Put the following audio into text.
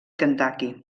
kentucky